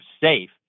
safe